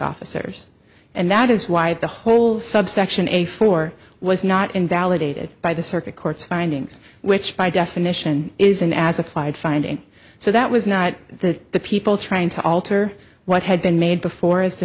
officers and that is why the whole subsection a four was not invalidated by the circuit court's findings which by definition isn't as applied finding so that was not the the people trying to alter what had been made before as